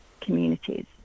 communities